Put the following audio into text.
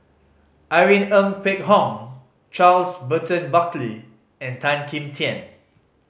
Irene Ng Phek Hoong Charles Burton Buckley and Tan Kim Tian